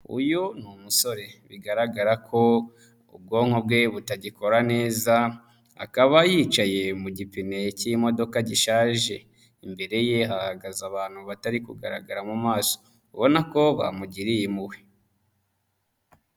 Uyu ni umusore bigaragara ko ubwonko bwe butagikora neza akaba yicaye mu gipe cy'imodoka gishaje, imbere ye ahagaze abantu batari kugaragara mu maso ubona ko bamugiriye impuhwe.